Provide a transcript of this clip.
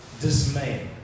dismay